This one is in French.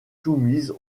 soumises